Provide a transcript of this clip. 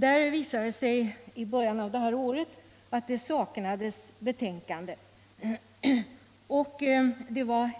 Där visade det sig i början av det här året att det saknades betänkanden. Det var